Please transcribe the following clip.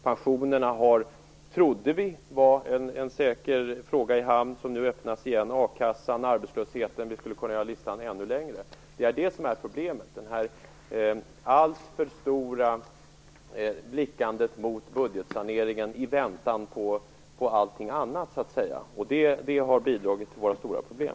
Pensionsfrågan, som vi trodde var i hamn, visar sig nu åter vara olöst. Detsamma gäller a-kassan och arbetslösheten, ja, listan skulle kunna göras ännu längre. Det är detta som är problemet, att budgetsaneringen ägnas alltför mycket uppmärksamhet i väntan på allting annat. Det har bidragit till våra stora problem.